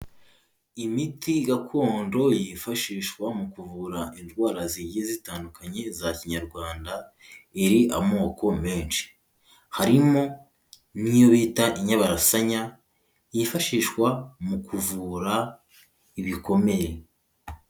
Imiti gakondo yifashishwa mu kuvura indwara zigiye zitandukanye za kinyarwanda, iri amoko menshi: Harimo nk'iyo bita inyabarasanya yifashishwa mu kuvura ibikomeye.